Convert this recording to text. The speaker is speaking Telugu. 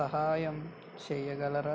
సహాయం చేయగలరా